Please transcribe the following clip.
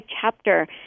chapter